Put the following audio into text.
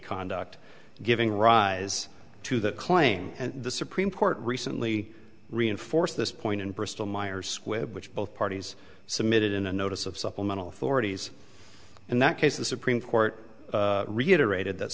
conduct giving rise to that claim and the supreme court recently reinforced this point in bristol myers squibb which both parties submitted in the notice of supplemental authorities in that case the supreme court reiterated that